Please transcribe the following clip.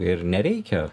ir nereikia